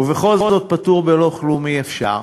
ובכל זאת, פטור בלא כלום אי-אפשר.